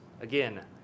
again